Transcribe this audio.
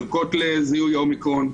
ערכות לזיהוי אומיקרון,